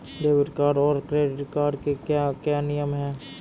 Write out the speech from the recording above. Debit card और credit card के क्या क्या नियम हैं?